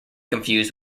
confused